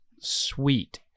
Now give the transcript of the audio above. sweet